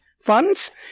Funds